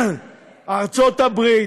ארצות הברית,